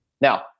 Now